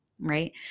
right